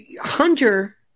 Hunter